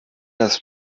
das